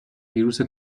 ویروس